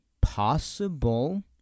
possible